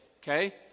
Okay